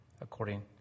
according